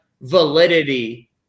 validity